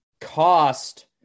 cost